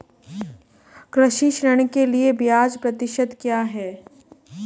कृषि ऋण के लिए ब्याज प्रतिशत क्या है?